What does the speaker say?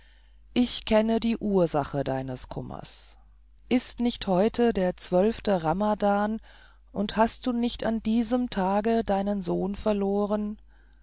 ich kenne die ursache deines kummers ist nicht heute der zwölfte ramadan und hast du nicht an diesem tage deinen sohn verloren